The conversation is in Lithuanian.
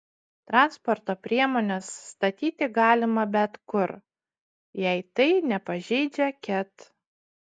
transporto priemones statyti galima bet kur jei tai nepažeidžia ket